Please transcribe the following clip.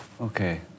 Okay